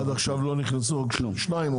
עד עכשיו נכנסו רק שתיים?